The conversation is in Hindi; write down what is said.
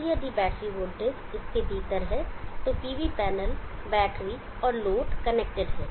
अब यदि बैटरी वोल्टेज इस के भीतर है तो PV पैनल बैटरी और लोड कनेक्टेड हैं